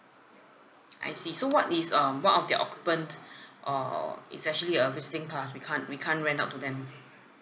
I see so what if um one of the occupant uh is actually a visiting pass we can't we can't rent out to them